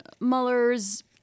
Mueller's